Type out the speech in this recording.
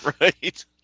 Right